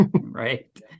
right